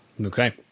okay